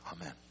Amen